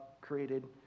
created